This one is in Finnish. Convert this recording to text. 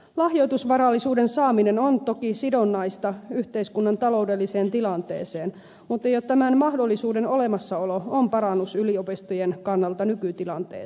lahjoitusvarallisuuden saaminen on toki sidonnaista yhteiskunnan taloudelliseen tilanteeseen mutta jo tämän mahdollisuuden olemassaolo on parannus yliopistojen kannalta nykytilanteeseen